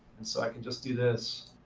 and so i can just do this.